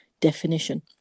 definition